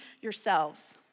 yourselves